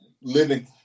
living